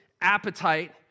appetite